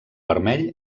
vermell